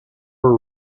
were